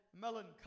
melancholy